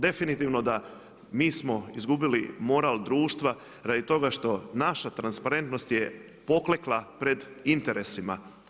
Definitivno da mi smo izgubili moral društva radi toga što naša transparentnost je poklekla pred interesima.